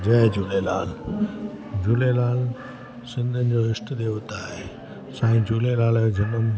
जय झूलेलाल झूलेलाल सिंधियुनि जो ईष्ट देवता आहे साईं झूलेलाल जो जनमु